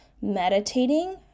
meditating